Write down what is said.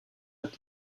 hat